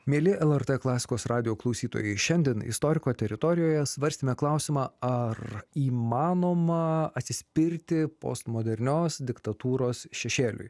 mieli lrt klasikos radijo klausytojai šiandien istoriko teritorijoje svarstėme klausimą ar įmanoma atsispirti postmodernios diktatūros šešėliui